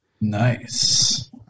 Nice